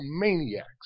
maniacs